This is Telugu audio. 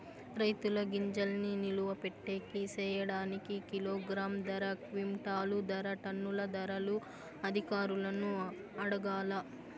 రైతుల గింజల్ని నిలువ పెట్టేకి సేయడానికి కిలోగ్రామ్ ధర, క్వింటాలు ధర, టన్నుల ధరలు అధికారులను అడగాలా?